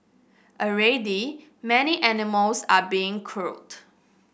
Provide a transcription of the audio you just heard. already many animals are being culled